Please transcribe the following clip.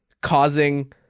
causing